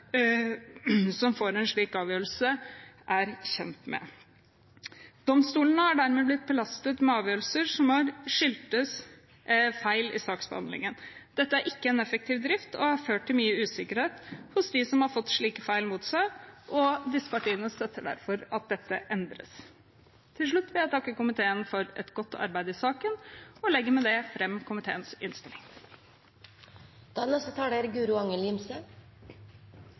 som får en slik avgjørelse, er kjent med. Domstolene er dermed blitt belastet med avgjørelser som har skyldtes feil i saksbehandlingen. Dette er ikke en effektiv drift og har ført til mye usikkerhet hos dem som har fått slike feil mot seg. Disse partiene støtter derfor at dette endres. Til slutt vil jeg takke komiteen for et godt arbeid i saken, og jeg legger med det fram komiteens